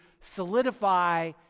solidify